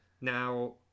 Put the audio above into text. Now